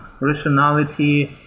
rationality